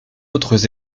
autres